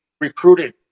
recruited